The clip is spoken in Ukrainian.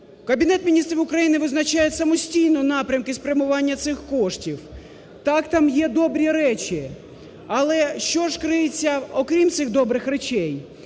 Кабінет Міністрів України визначає самостійно напрямки спрямування цих коштів. Так, там є добрі речі, але що ж криється, окрім цих добрий речей.